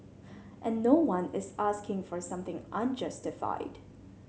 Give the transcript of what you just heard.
and no one is asking for something unjustified